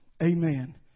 Amen